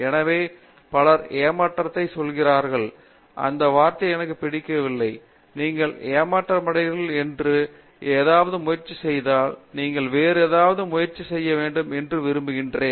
எனவே பலர் ஏமாற்றத்தைச் சொல்கிறார்கள் அந்த வார்த்தை எனக்கு பிடிக்கவில்லை நீங்கள் ஏமாற்றமடைகிறீர்கள் என்று ஏதாவது முயற்சி செய்தால் நீங்கள் வேறு ஏதாவது முயற்சி செய்ய வேண்டும் என்று விரும்புகிறேன்